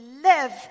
live